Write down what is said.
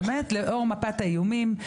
לאור מפת האיומים,